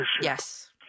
Yes